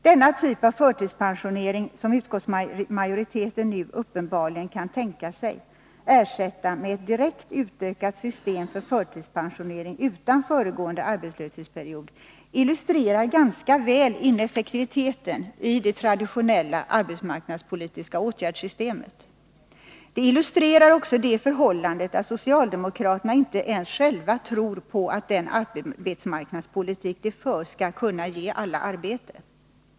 Denna typ av förtidspensionering, som utskottsmajoriteten nu uppenbarligen kan tänka sig ersätta med ett direkt utökat system för förtidspensionering utan föregående arbetslöshetsperiod, illustrerar ganska väl ineffektiviteten i det traditionella arbetsmarknadspolitiska åtgärdssystemet. Det illustrerar också det förhållandet att socialdemokraterna inte ens själva tror på att den arbetsmarknadspolitik de för skall kunna ge alla arbete.